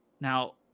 now